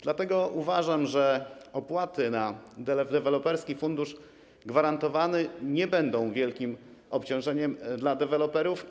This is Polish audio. Dlatego uważam, że opłaty na Deweloperski Fundusz Gwarancyjny nie będą wielkim obciążeniem dla deweloperów.